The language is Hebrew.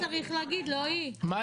האוצר צריך להגיד, לא היא.